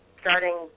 starting